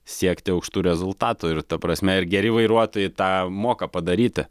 siekti aukštų rezultatų ir ta prasme ir geri vairuotojai tą moka padaryti